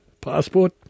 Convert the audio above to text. passport